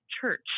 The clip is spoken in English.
church